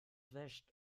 wäscht